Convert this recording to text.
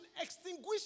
extinguish